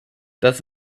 das